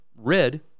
Red